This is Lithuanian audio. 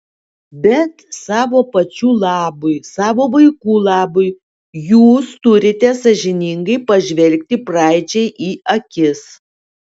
bet savo pačių labui savo vaikų labui jūs turite sąžiningai pažvelgti praeičiai į akis